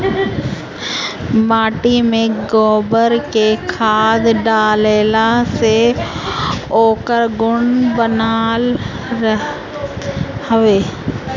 माटी में गोबर के खाद डालला से ओकर गुण बनल रहत हवे